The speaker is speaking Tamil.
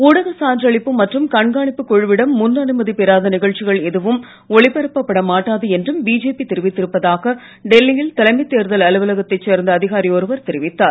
ஊடக சான்றளிப்பு மற்றும் கண்காணிப்புக் குழுவிடம் முன் அனுமதி பெறாத நிகழ்ச்சிகள் எதுவும் ஒளிபரப்பப்பட மாட்டாது என்றும் பிஜேபி தெரிவித்து இருப்பதாக டெல்லியில் தலைமை தேர்தல் அலுலவகத்தைச் சேர்ந்த அதிகாரி ஒருவர் தெரிவித்தார்